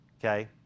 Okay